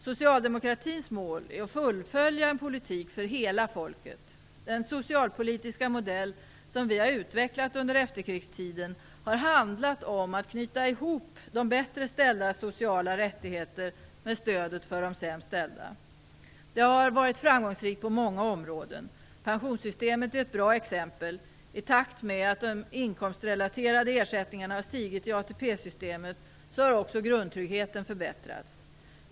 Socialdemokratins mål är att fullfölja en politik för hela folket. Den socialpolitiska modell som vi har utvecklat under efterkrigstiden har handlat om att knyta ihop de bättre ställdas sociala rättigheter med stödet för de sämst ställda. Den har varit framgångsrik på många områden. Pensionssystemet är ett bra exempel. I takt med att de inkomstrelaterade ersättningarna har stigit i ATP-systemet har också grundtryggheten förbättrats.